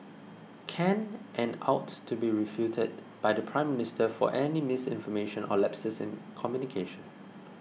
can and ought to be refuted by the Prime Minister for any misinformation or lapses in communication